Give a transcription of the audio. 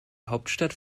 hauptstadt